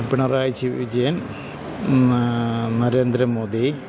Pinarayi Vijayan Narendra Modi